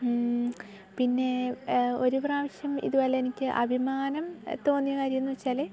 പിന്നെ ഒരു പ്രാവശ്യം ഇതുപോലെ എനിക്ക് അഭിമാനം തോന്നിയ കാര്യമെന്ന് വെച്ചാൽ